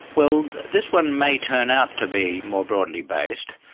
well this one may turn out to be more broadly based,